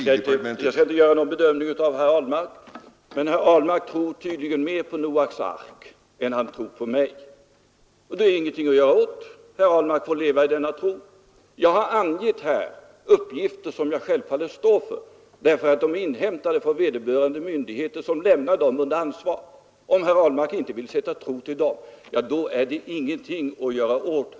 Herr talman! Jag skall inte göra en bedömning av herr Ahlmark, men han tror tydligen mer på Noaks ark än på mig. Det är ingenting att göra åt, utan herr Ahlmark får leva i sin tro. Jag har här lämnat uppgifter som jag självfallet står för. De är nämligen inhämtade från vederbörande myndigheter, som lämnat dem under ansvar. Om herr Ahlmark inte vill sätta tro till dem är det ingenting att göra åt.